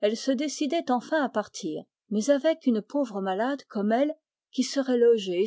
elle se décidait enfin à partir mais avec une pauvre malade comme elle qui serait